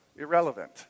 irrelevant